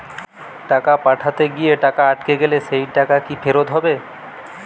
টাকা পাঠাতে গিয়ে টাকা আটকে গেলে সেই টাকা কি ফেরত হবে?